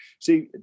See